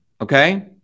Okay